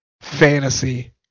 fantasy